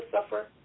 suffer